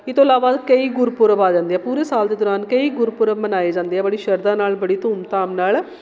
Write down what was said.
ਇਹ ਤੋਂ ਇਲਾਵਾ ਕਈ ਗੁਰਪੁਰਬ ਆ ਜਾਂਦੇ ਆ ਪੂਰੇ ਸਾਲ ਦੇ ਦੌਰਾਨ ਕਈ ਗੁਰਪੁਰਬ ਮਨਾਏ ਜਾਂਦੇ ਆ ਬੜੀ ਸ਼ਰਧਾ ਨਾਲ਼ ਬੜੀ ਧੂਮ ਧਾਮ ਨਾਲ਼